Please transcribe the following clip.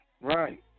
Right